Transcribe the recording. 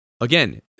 again